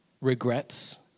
regrets